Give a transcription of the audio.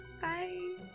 Bye